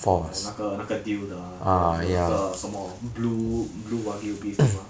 orh 那个那个 deal 的 ah then 有哪个什么 blue blue wagyu beef 对吗